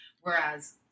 Whereas